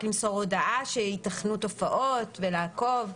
רק ימסור הודעה שייתכנו תופעות ולעקוב.